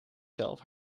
zelf